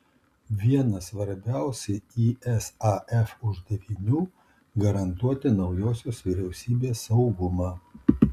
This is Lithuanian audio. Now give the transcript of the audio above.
vienas svarbiausių isaf uždavinių garantuoti naujosios vyriausybės saugumą